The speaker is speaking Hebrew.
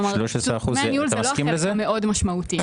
כלומר, דמי הניהול זה לא החלק המאוד משמעותי.